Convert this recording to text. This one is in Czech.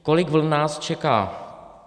Kolik vln nás čeká?